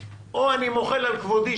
או אני מוחל על כבודי,